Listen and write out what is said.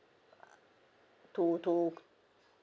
to to